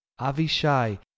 Avishai